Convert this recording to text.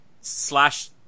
slash